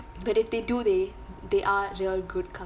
but if they do they th~ they are real good com~